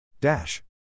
Dash